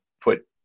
put